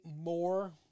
more